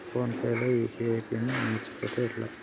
Phone pay లో UPI PIN మరచిపోతే ఎట్లా?